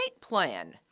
plan